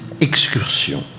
excursions